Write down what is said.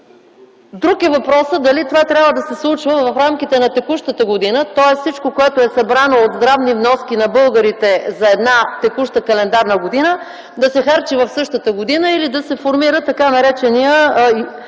Друг е въпросът дали това трябва да се случва в рамките на текущата година, тоест всичко, което е събрано от здравни вноски на българите за една текуща календарна година да се харчи в същата година или да се формира така нареченият